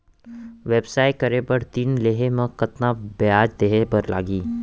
व्यवसाय करे बर ऋण लेहे म कतना ब्याज देहे बर लागही?